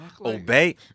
Obey